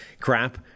crap